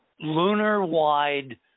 lunar-wide